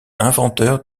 inventeur